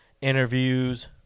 interviews